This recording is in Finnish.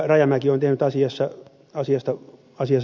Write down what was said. rajamäki on tehnyt asiassa vastalauseen